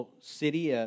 city